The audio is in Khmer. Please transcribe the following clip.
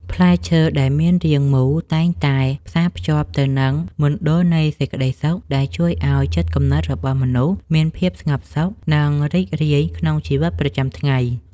ផ្លែឈើដែលមានរាងមូលតែងតែផ្សារភ្ជាប់ទៅនឹងមណ្ឌលនៃសេចក្តីសុខដែលជួយឱ្យចិត្តគំនិតរបស់មនុស្សមានភាពស្ងប់សុខ និង រីករាយក្នុងជីវិតជាប្រចាំថ្ងៃ។